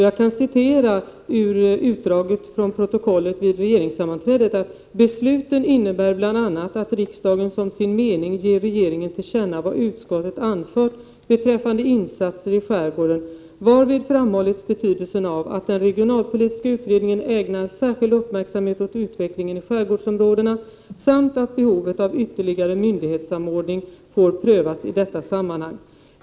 Jag kan citera ur utdraget från protokollet vid regeringssammanträdet: ”Besluten innebär bl.a. att riksdagen som sin mening ger regeringen till känna vad utskottet anfört beträffande insatser i skärgården, varvid framhållits betydelsen av att den regionalpolitiska utredningen ägnar särskild uppmärksamhet åt utvecklingen i skärgårdsområdena samt att behovet av ytterligare myndighetssamordning får prövas i detta sammanhang.